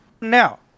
Now